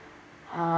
um